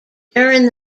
during